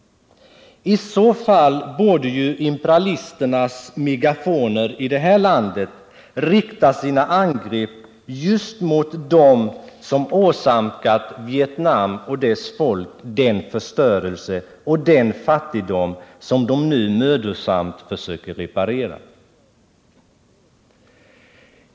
I så fall borde ju imperalisternas megafoner i det här landet rikta sina angrepp just mot dem som åsamkat Vietnam och dess folk den förstörelse och den fattigdom som de nu mödosamt försöker återhämta sig ifrån.